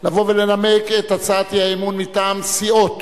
לבוא ולנמק את הצעת האי-אמון מטעם סיעות